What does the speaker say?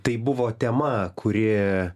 tai buvo tema kuri